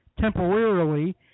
temporarily